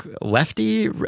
lefty